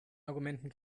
argumenten